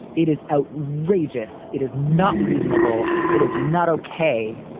it is outrageous. it is not reasonable. it is not okay.